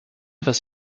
was